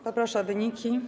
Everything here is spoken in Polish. Poproszę o wyniki.